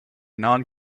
non